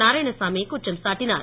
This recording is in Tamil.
நாராயணசாமி குற்றம் சாட்டினார்